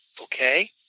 okay